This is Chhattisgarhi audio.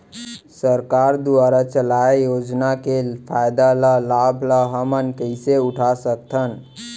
सरकार दुवारा चलाये योजना के फायदा ल लाभ ल हमन कइसे उठा सकथन?